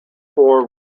four